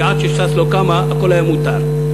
כי עד שש"ס לא קמה הכול היה מותר.